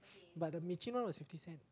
but the was fifty cent